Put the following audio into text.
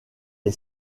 est